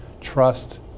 trust